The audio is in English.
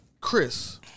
Chris